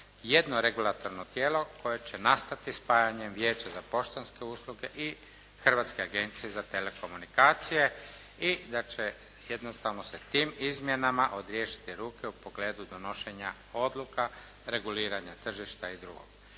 jedno regulatorno tijelo koje će nastati spajanjem Vijeća za poštanske usluge i Hrvatske agencije za telekomunikacije i da će jednostavno sa tim izmjenama odriješiti ruke u pogledu donošenja odluka, reguliranja tržišta i drugog.